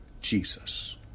Jesus